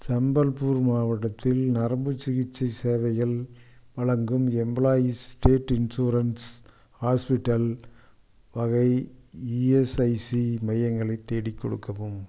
சம்பல்பூர் மாவட்டத்தில் நரம்புச் சிகிச்சை சேவைகள் வழங்கும் எம்ப்ளாயீஸ் ஸ்டேட் இன்சூரன்ஸ் ஹாஸ்பிட்டல் வகை இஎஸ்ஐசி மையங்களை தேடிக் கொடுக்கவும்